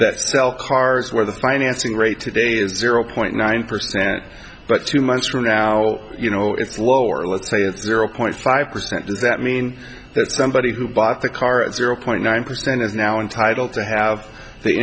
that sell cars where the financing rate today zero point nine percent but two months from now you know it's lower let's say it's zero point five percent does that mean that somebody who bought the car at zero point nine percent is now entitled to have the